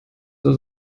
das